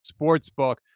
Sportsbook